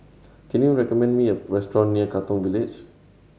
can you recommend me a restaurant near Katong Village